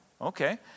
okay